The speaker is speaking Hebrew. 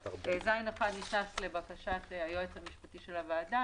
סעיף קטן (ז1) נכנס לבקשת היועץ המשפטי של הוועדה,